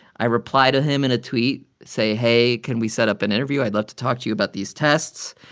i reply to him in a tweet, say, hey, can we set up an interview? i'd love to talk to you about these tests.